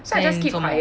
then 你做么